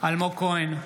אלמוג כהן,